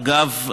אגב,